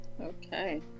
Okay